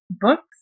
books